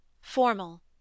formal